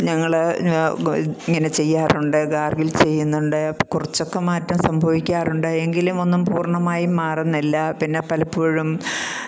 ഞങ്ങൾ ഇങ്ങനെ ചെയ്യാറുണ്ട് ഗാർഗിൾ ചെയ്യുന്നുണ്ട് കുറച്ചൊക്കെ മാറ്റം സംഭവിക്കാറുണ്ട് എങ്കിലും ഒന്നും പൂർണ്ണമായും മാറുന്നില്ല പിന്നെ പലപ്പോഴും